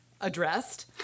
addressed